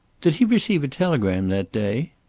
did he receive a telegram that day?